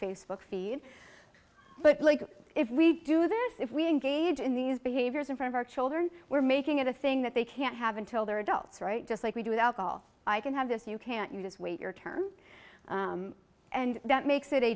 facebook feed but if we do this if we engage in these behaviors in front of our children we're making it a thing that they can't have until they're adults right just like we do without all i can have this you can't you just wait your turn and that makes it a